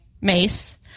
mace